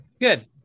good